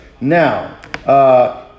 Now